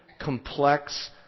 complex